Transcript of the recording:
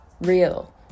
real